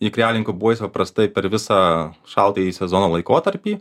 ikreliai inkubuojasi paprastai per visą šaltąjį sezono laikotarpį